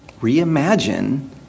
reimagine